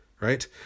right